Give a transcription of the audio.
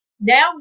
Now